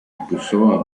expulsó